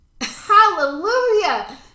Hallelujah